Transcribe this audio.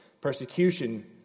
Persecution